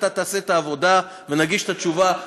אתה תעשה את העבודה ונגיש את התשובה,